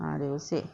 ah they will say